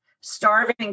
starving